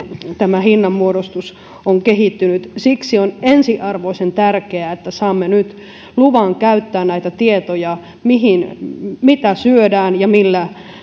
tämä hinnanmuodostus on kehittynyt siksi on ensiarvoisen tärkeää että saamme nyt luvan käyttää näitä tietoja siitä mitä syödään ja